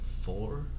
four